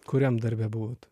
kuriam darbe buvot